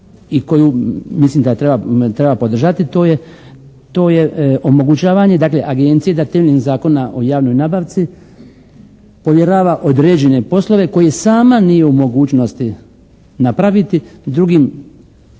i koju mislim da treba podržati to je omogućavanje dakle agencije da temeljem Zakona o javnoj nabavci povjerava određene poslove koje sama nije u mogućnosti napraviti drugim